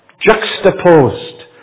Juxtaposed